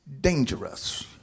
dangerous